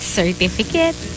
certificate